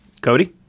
Cody